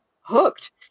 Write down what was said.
hooked